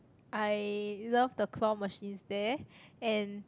I love the claw machines there and